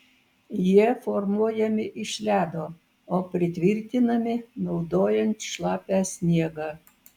jie formuojami iš ledo o pritvirtinami naudojant šlapią sniegą